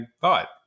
thought